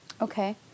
okay